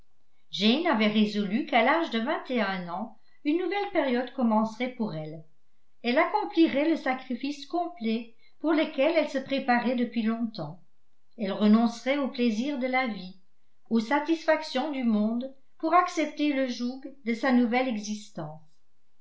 jane avait résolu qu'à l'âge de vingt et un ans une nouvelle période commencerait pour elle elle accomplirait le sacrifice complet pour lequel elle se préparait depuis longtemps elle renoncerait aux plaisirs de la vie aux satisfactions du monde pour accepter le joug de sa nouvelle existence